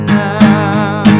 now